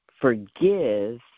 Forgive